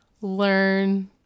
learn